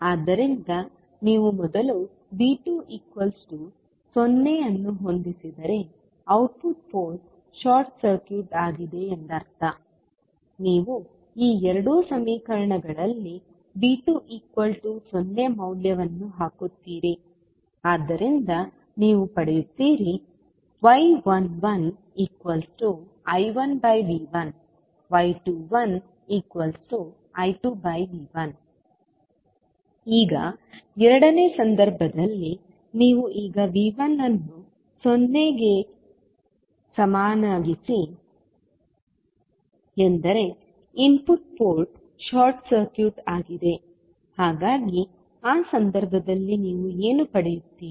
ಆದ್ದರಿಂದ ನೀವು ಮೊದಲು V20 ಅನ್ನು ಹೊಂದಿಸಿದರೆ ಔಟ್ಪುಟ್ ಪೋರ್ಟ್ ಶಾರ್ಟ್ ಸರ್ಕ್ಯೂಟ್ ಆಗಿದೆ ಎಂದರ್ಥ ನೀವು ಈ ಎರಡು ಸಮೀಕರಣಗಳಲ್ಲಿ V20 ಮೌಲ್ಯವನ್ನು ಹಾಕುತ್ತೀರಿ ಆದ್ದರಿಂದ ನೀವು ಪಡೆಯುತ್ತೀರಿ y11I1V1y21I2V1 ಈಗ ಎರಡನೇ ಸಂದರ್ಭದಲ್ಲಿ ನೀವು ಈಗ V1 ಅನ್ನು 0 ಕ್ಕೆ ಸಮನಾಗಿಸಿ ಎಂದರೆ ಇನ್ಪುಟ್ ಪೋರ್ಟ್ ಶಾರ್ಟ್ ಸರ್ಕ್ಯೂಟ್ ಆಗಿದೆ ಹಾಗಾಗಿ ಆ ಸಂದರ್ಭದಲ್ಲಿ ನೀವು ಏನು ಪಡೆಯುತ್ತೀರಿ